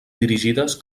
dirigides